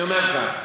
אני אומר כך: